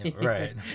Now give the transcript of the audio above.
right